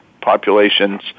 populations